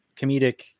comedic